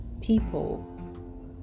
people